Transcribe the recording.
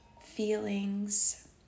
feelings